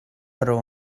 pro